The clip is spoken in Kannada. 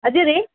ಇದೀರಿ